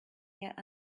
yet